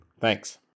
thanks